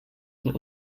von